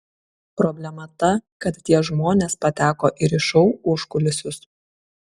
problema ta kad tie žmonės pateko ir į šou užkulisius